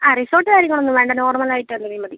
ആ റിസോർട്ട് കാര്യങ്ങൾ ഒന്നും വേണ്ട നോർമൽ ആയിട്ട് എന്തെങ്കിലും മതി